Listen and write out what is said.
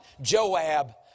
Joab